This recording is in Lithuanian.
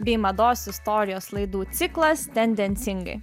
bei mados istorijos laidų ciklas tendencingai